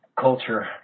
culture